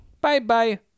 Bye-bye